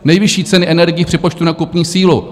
Nejvyšší ceny energií v přepočtu na kupní sílu.